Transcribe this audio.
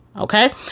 Okay